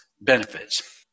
benefits